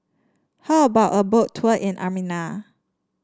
how about a Boat Tour in Armenia